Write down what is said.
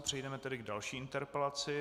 Přejdeme tedy k další interpelaci.